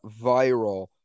viral